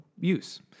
use